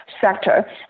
sector